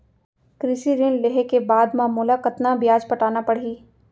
कृषि ऋण लेहे के बाद म मोला कतना ब्याज पटाना पड़ही?